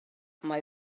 mae